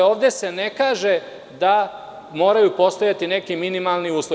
Ovde se ne kaže da moraju postojati neki minimalni uslovi.